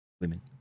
women